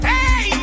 Hey